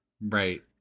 Right